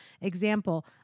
Example